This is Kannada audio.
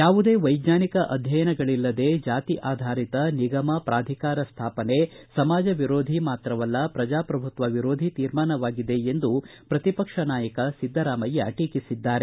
ಯಾವುದೇ ವೈಜ್ಞಾನಿಕ ಅಧ್ಯಯನಗಳಲ್ಲದೆ ಜಾತಿ ಆಧಾರಿತ ನಿಗಮ ಪ್ರಾಧಿಕಾರ ಸ್ಥಾಪನೆ ಸಮಾಜ ವಿರೋಧಿ ಮಾತ್ರವಲ್ಲ ಪ್ರಜಾಪ್ರಭುತ್ವ ವಿರೋಧಿ ತೀರ್ಮಾನವಾಗಿದೆ ಎಂದು ಪ್ರತಿಪಕ್ಷ ನಾಯಕ ಸಿದ್ದರಾಮಯ್ಯ ಟೀಕಿಸಿದ್ದಾರೆ